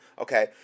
okay